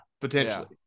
potentially